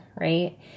right